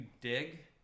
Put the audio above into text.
dig